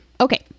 Okay